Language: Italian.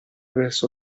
verso